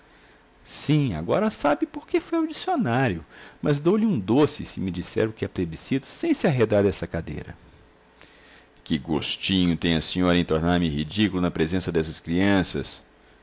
sim agora sabe porque foi ao dicionário mas dou-lhe um doce se me disser o que é plebiscito sem se arredar dessa cadeira que gostinho tem a senhora em tornar-me ridículo na presença destas crianças